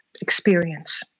experience